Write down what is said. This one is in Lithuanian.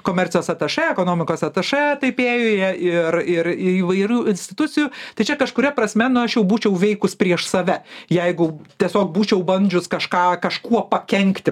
komercijos atašė ekonomikos atašė taipėjuje ir ir įvairių institucijų tai čia kažkuria prasme nu aš jau būčiau veikus prieš save jeigu tiesiog būčiau bandžius kažką kažkuo pakenkti